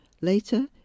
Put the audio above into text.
Later